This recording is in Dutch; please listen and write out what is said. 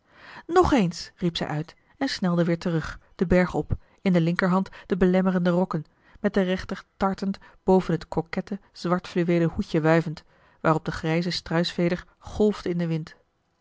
nog eens riep zij uit en snelde weer terug den berg op in de linkerhand de belemmerende rokken met de rechter tartend boven het coquette zwart fluweelen hoedje wuivend waarop de grijze struisveder golfde in den wind